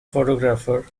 photographer